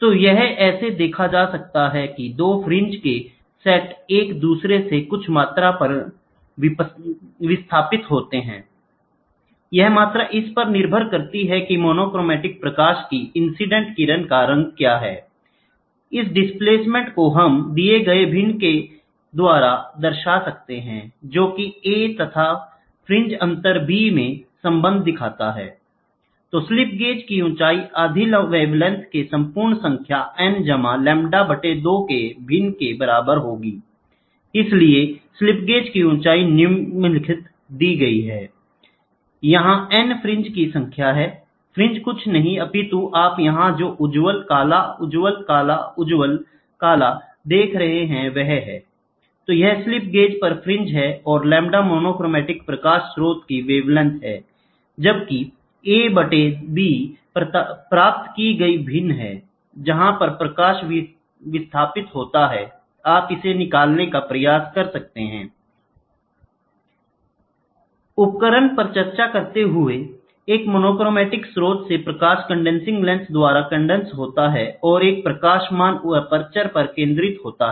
तो यह ऐसे देखा जा सकता है की दो फ्रिंज के सेट एक दूसरे से कुछ मात्रा में विस्थापित हैI यह मात्रा इस पर निर्भर करती है की मोनोक्रोमेटिक प्रकाश की इंसीडेंट किरण का रंग क्या हैI इस डिस्प्लेसमेंट को हम दिए गए भिन्न के द्वारा दर्शा सकते हैं जोकि a तथा फ्रिंज अंतर b में संबंध दिखाता है तो स्लिप गेज की ऊंचाई आधी वेवलेंथ के संपूर्ण संख्या n जमा लैम्ब्डा बटे दो के भिन्न के बराबर होगीI इसलिए स्लिप गेज की ऊंचाई निम्नलिखित है यहां n फ्रिंज की संख्या हैI फ्रिंज कुछ नहीं अपितु आप यहां जो उज्जवल काला उज्जवल काला उज्जवल काला देख रहे हैं वह हैI तो यह स्लिप गेज पर फ्रिंज है और लैम्ब्डा मोनोक्रोमेटिक प्रकाश स्रोत की वेवलेंथ है जबकि a बटे b प्राप्त की गई भिन्न है जहां पर प्रकाश विस्थापित होता है आप इसे निकालने का प्रयास कर सकते हैंI उपकरण पर चर्चा करते हुए एक मोनोक्रोमैटिक स्रोत से प्रकाश कन्डेंसिंग लेंस द्वारा कंडेंस होता है और एक प्रकाशमान अपर्चर पर केंद्रित होता है